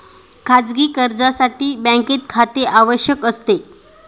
खाजगी कर्जासाठी बँकेत खाते आवश्यक असते